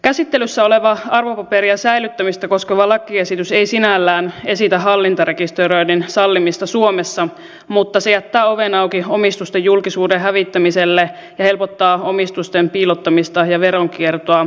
käsittelyssä oleva arvopaperien säilyttämistä koskeva lakiesitys ei sinällään esitä hallintarekisteröinnin sallimista suomessa mutta se jättää oven auki omistusten julkisuuden hävittämiselle ja helpottaa omistusten piilottamista ja veronkiertoa ulkomailla